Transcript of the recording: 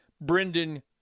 Brendan